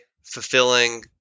fulfilling